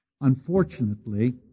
unfortunately